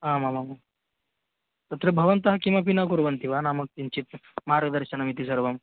आमामां तत्र भवन्तः किमपि न कुर्वन्ति वा नाम किञ्चित् मार्गदर्शनमिति सर्वम्